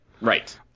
Right